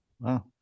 Wow